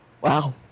Wow